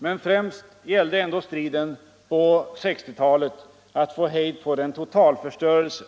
Men främst gällde ändå striden under 1960-talet att få hejd på den totalförstörelse